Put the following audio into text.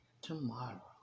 tomorrow